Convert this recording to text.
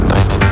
Night